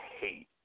hate